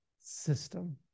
system